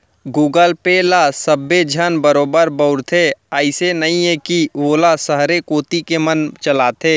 Google pay ल सबे झन बरोबर बउरथे, अइसे नइये कि वोला सहरे कोती के मन चलाथें